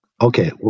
Okay